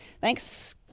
Thanks